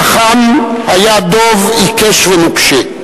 כשלחם היה דב עיקש ונוקשה,